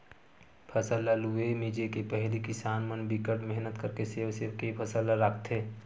फसल ल लूए मिजे के पहिली किसान मन बिकट मेहनत करके सेव सेव के फसल ल राखथे